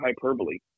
hyperbole